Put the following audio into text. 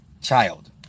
child